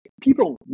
people